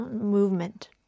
movement